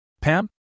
Pam